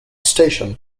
station